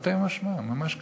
תרתי משמע, ממש ככה.